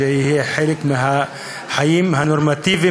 וזה יהיה חלק מהחיים הנורמטיביים,